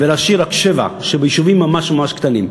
ולהשאיר רק שבע שביישובים ממש ממש קטנים.